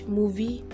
movie